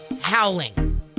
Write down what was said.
howling